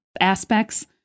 aspects